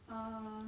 uh